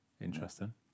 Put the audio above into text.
interesting